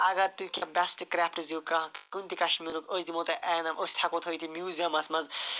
اگر تہِ کیٚنٛہہ بیسٹہٕ کرٛیفٹٕس یِم کانٛہہ کُنہِ تہِ کشمیٖرُک أسۍ دِمو تۅہہِ ایعنام أسۍ تہِ ہٮ۪کو تھٲوِتھ یِم میٛوٗزیَمس منٛز